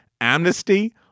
Amnesty